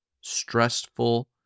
stressful